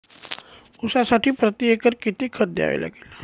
ऊसासाठी प्रतिएकर किती खत द्यावे लागेल?